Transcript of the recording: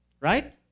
Right